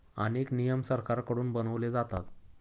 अनेक नियम सरकारकडून बनवले जातात